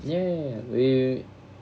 ya we